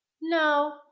no